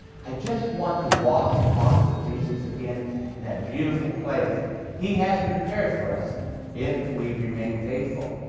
i just want to walk and talk with jesus again in that beautiful place he has prepared for us if we remain faithful.